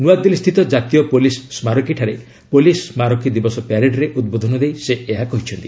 ନୂଆଦିଲ୍ଲୀସ୍ଥିତ ଜାତୀୟ ପୋଲିସ୍ ସ୍କାରକୀଠାରେ ପୋଲିସ ସ୍ମାରକୀ ଦିବସ ପ୍ୟାରେଡରେ ଉଦ୍ବୋଧନ ଦେଇ ସେ ଏହା କହିଛନ୍ତି